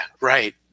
Right